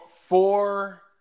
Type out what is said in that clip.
four